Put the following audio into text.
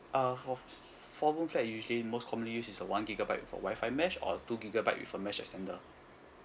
uh for f~ four room flat usually most commonly used is one gigabyte with a wifi mesh or two gigabyte with a mesh extender